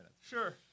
Sure